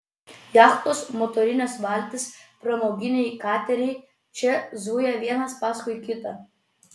jachtos motorinės valtys pramoginiai kateriai čia zuja vienas paskui kitą